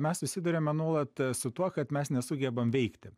mes susiduriame nuolat su tuo kad mes nesugebam veikti